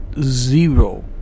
zero